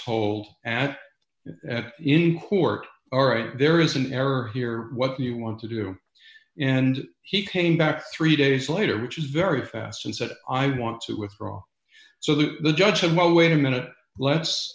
told at that in court all right there is an error here what you want to do and he came back three days later which is very fast and said i want to withdraw so the judge said well wait a minute